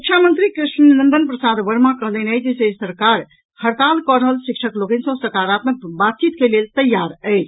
शिक्षा मंत्री कृष्णनंदन प्रसाद वर्मा कहलनि अछि जे सरकार हड़ताल कऽ रहल शिक्षक लोकनि सॅ सकारात्मक बातचीत के लेल तैयार अछि